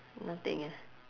nothing ah